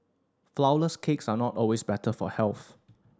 flourless cakes are not always better for health